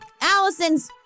Allison's